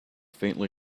faintly